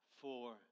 four